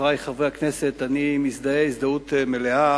חברי חברי הכנסת, אני מזדהה הזדהות מלאה